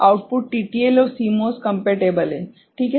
output TTL और CMOS compatible है ठीक है